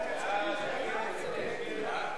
התשע"א 2011,